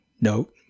Note